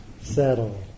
settle